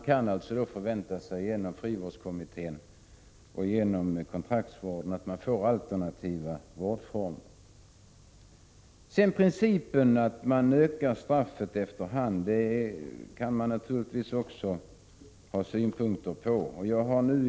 Förslagen från frivårdskommittén och kontraktsvårdspropositionen syftar ju till alternativa vårdformer. Man kan naturligtvis ha olika synpunkter på principen att straffet efter hand skall skärpas.